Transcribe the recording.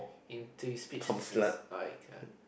into speak this I can